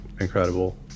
incredible